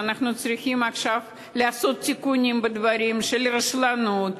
כי אנחנו צריכים עכשיו לעשות תיקונים בדברים של רשלנות,